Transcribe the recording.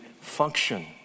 function